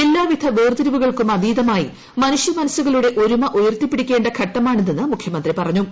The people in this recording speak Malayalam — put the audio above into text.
എല്ലാവിധ വേർതിരിവുകൾക്കും അതീതമായി മനുഷ്യമനസ്സുകളുടെ ഒരുമ ഉയർത്തിപ്പിടിക്കേണ്ട ഘട്ടമാണിതെന്നും മുഖ്യമന്ത്രി പറഞ്ഞു